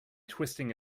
twisting